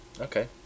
Okay